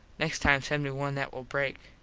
next time send me one that will break.